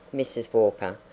mrs. walker,